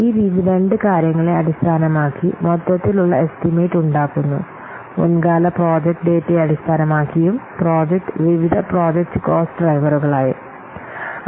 ഈ രീതി രണ്ട് കാര്യങ്ങളെ അടിസ്ഥാനമാക്കി മൊത്തത്തിലുള്ള എസ്റ്റിമേറ്റ് ഉണ്ടാക്കുന്നു മുൻകാല പ്രോജക്റ്റ് ഡാറ്റയെ അടിസ്ഥാനമാക്കിയും പ്രോജക്റ്റ് വിവിധ പ്രോജക്റ്റ് കോസ്റ്റ് ഡ്രൈവറുകളായും